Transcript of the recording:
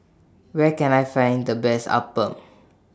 Where Can I Find The Best Appam